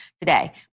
today